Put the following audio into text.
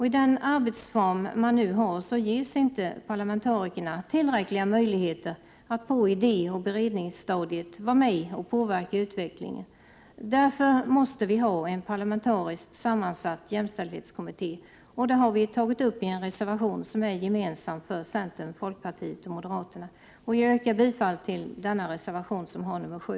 I den arbetsform man nu har ges inte parlamentarikerna tillräckliga möjligheter att på idé och beredningsstadiet vara med och påverka utvecklingen. Därför måste vi ha en parlamentariskt sammansatt jämställdhetskommitté, och det har vi tagit upp i en reservation som är gemensam för c, fp och m. Jag yrkar bifall till denna reservation som har nr 7.